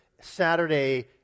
Saturday